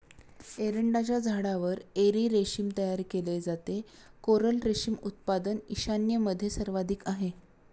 एरंडाच्या झाडावर एरी रेशीम तयार केले जाते, कोरल रेशीम उत्पादन ईशान्येमध्ये सर्वाधिक आहे